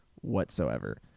whatsoever